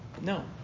No